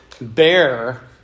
bear